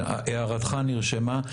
הערתך נרשמה.